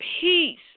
peace